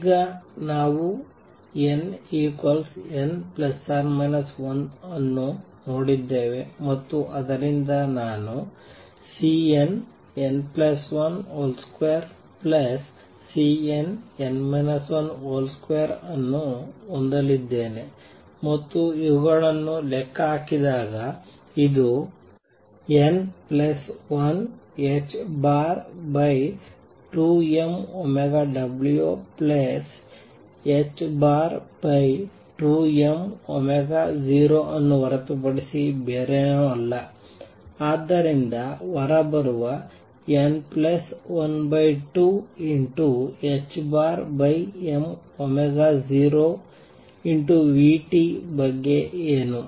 ಈಗ ನಾವು nn±1 ಅನ್ನು ನೋಡಿದ್ದೇವೆ ಮತ್ತು ಆದ್ದರಿಂದ ನಾನು Cnn12|Cnn 1 |2 ಅನ್ನು ಹೊಂದಲಿದ್ದೇನೆ ಮತ್ತು ಇವುಗಳನ್ನು ಲೆಕ್ಕಹಾಕಲಾಗಿದೆ ಇದು n12m0n2m0ಅನ್ನು ಹೊರತುಪಡಿಸಿ ಬೇರೇನಲ್ಲ ಆದ್ದರಿಂದ ಹೊರಬರುವ n12m0 v ಬಗ್ಗೆ ಏನು